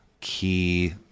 key